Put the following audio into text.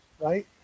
right